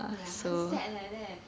ya 很 sad leh like that